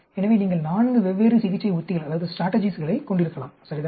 எனவே நீங்கள் நான்கு வெவ்வேறு சிகிச்சை உத்திகளைக் கொண்டிருக்கலாம் சரிதானே